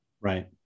Right